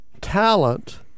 talent